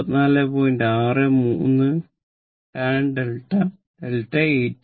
63 ഉം tan 𝛿 delta 18